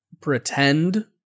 pretend